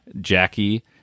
Jackie